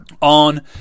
on